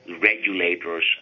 regulators